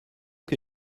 que